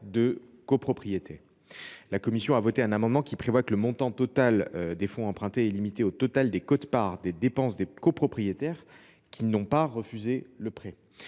des copropriétaires. La commission a voté un amendement visant à limiter le montant total des fonds empruntés au total des quotes parts des dépenses des copropriétaires qui n’ont pas refusé le prêt.